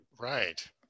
Right